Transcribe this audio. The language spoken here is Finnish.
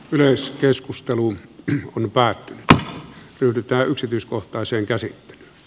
yleiskeskusteluun kun päätettiin ryhtyä yksityiskohtaisen käsi